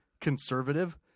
conservative